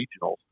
regionals